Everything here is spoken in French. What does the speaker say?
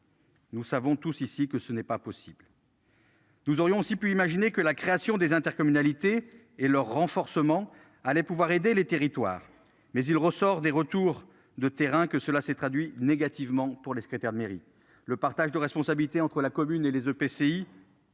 Nous savons tous ici, que ce n'est pas possible. Nous aurions aussi pu imaginer que la création des intercommunalités et leur renforcement allait pouvoir aider les territoires mais il ressort des retours de terrain que cela s'est traduit négativement pour les secrétaires de mairie le partage de responsabilités entre la commune et les EPCI.